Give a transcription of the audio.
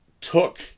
took